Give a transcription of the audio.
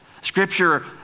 Scripture